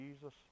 Jesus